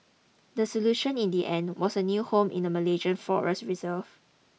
the solution in the end was a new home in a Malaysian forest reserve